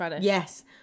Yes